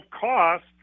cost